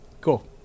Cool